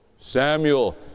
Samuel